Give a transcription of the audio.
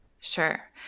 Sure